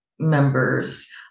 members